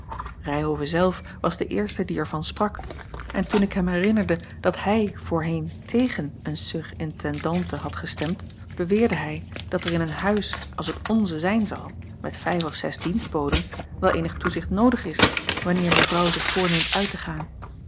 ryhove zelf was de eerste die er van sprak en toen ik hem herinnerde dat hij voorheen tegen eene surintendante had gestemd beweerde hij dat er in een huis als het onze zijn zal met vijf of zes dienstboden wel eenig toezicht noodig is wanneer mevrouw zich voorneemt uit te gaan